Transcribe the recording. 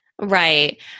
Right